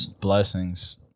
Blessings